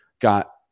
got